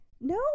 No